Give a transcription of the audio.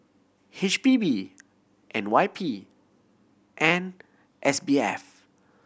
H P B N Y P and S B F